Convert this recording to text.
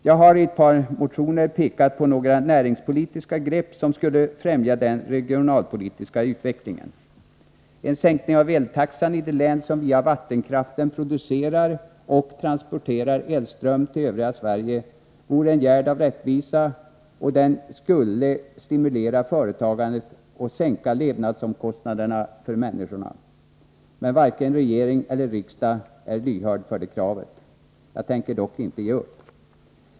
Jag har i ett par motioner pekat på några näringspolitiska grepp som skulle främja den regionalpolitiska utvecklingen. En sänkning av eltaxan i de län som via vattenkraften producerar och transporterar elström till övriga Sverige vore en gärd av rättvisa, och den skulle stimulera företagandet och sänka levnadsomkostnaderna för människorna. Men varken regering eller riksdag är lyhörd för det kravet. Jag tänker dock inte ge upp.